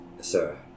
sir